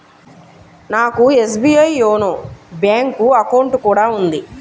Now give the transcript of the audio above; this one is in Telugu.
నాకు ఎస్బీఐ యోనో బ్యేంకు అకౌంట్ కూడా ఉంది